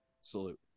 salute